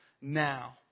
now